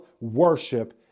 worship